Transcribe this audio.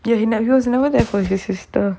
ya he was never there for his sister